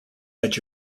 edge